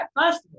first